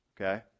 okay